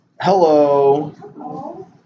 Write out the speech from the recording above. Hello